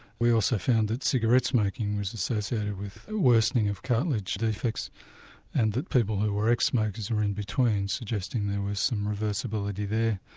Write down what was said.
we also found that cigarette smoking was associated with worsening of cartilage defects and that people who were ex smokers were in between suggesting there was some reversibility there.